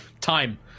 Time